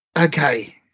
Okay